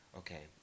okay